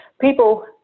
people